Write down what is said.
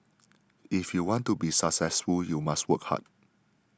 if you want to be successful you must work hard